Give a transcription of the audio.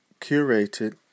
curated